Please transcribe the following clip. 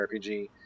RPG